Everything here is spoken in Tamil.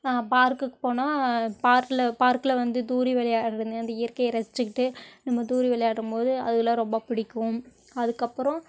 பார்க்குக்கு போனால் பார்க்கில் பார்க்கில் வந்து தூரி விளையாடுவது இந்த இயற்கையை ரசிச்சுக்கிட்டு நம்ம தூரி விளையாடும் போது அதெலாம் ரொம்ப பிடிக்கும் அதுக்கப்புறம்